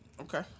Okay